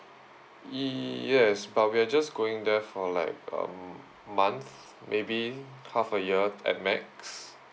ye~ yes but we're just going there for like a month maybe half a year at max